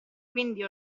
quindi